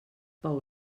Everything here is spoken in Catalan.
pel